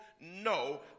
No